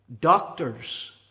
doctors